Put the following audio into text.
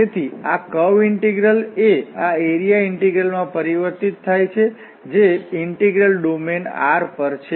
તેથી આ curve integral એ આ એરિયા ઇન્ટિગ્રલ માં પરિવર્તિત થાય છે જે ઇન્ટિગ્રલ ડોમેન R પર છે